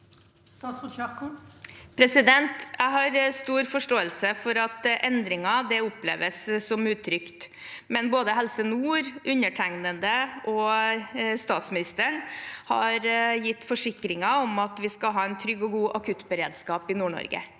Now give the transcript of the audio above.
Jeg har stor for- ståelse for at endringer oppleves som utrygt. Men både Helse nord, undertegnede og statsministeren har gitt forsikringer om at vi skal ha en trygg og god akuttberedskap i Nord-Norge.